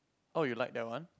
oh you like that one